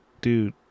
dude